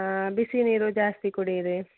ಬಿಸಿ ನೀರು ಜಾಸ್ತಿ ಕುಡಿಯಿರಿ